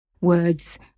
words